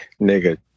nigga